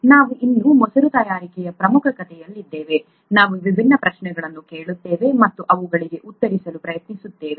ನಾವು ಇನ್ನೂ ಮೊಸರು ತಯಾರಿಕೆಯ ಪ್ರಮುಖ ಕಥೆಯಲ್ಲಿದ್ದೇವೆ ನಾವು ವಿಭಿನ್ನ ಪ್ರಶ್ನೆಗಳನ್ನು ಕೇಳುತ್ತೇವೆ ಮತ್ತು ಅವುಗಳಿಗೆ ಉತ್ತರಿಸಲು ಪ್ರಯತ್ನಿಸುತ್ತೇವೆ